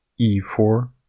e4